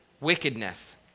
wickedness